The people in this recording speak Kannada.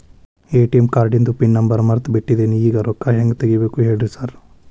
ಎ.ಟಿ.ಎಂ ಕಾರ್ಡಿಂದು ಪಿನ್ ನಂಬರ್ ಮರ್ತ್ ಬಿಟ್ಟಿದೇನಿ ಈಗ ರೊಕ್ಕಾ ಹೆಂಗ್ ತೆಗೆಬೇಕು ಹೇಳ್ರಿ ಸಾರ್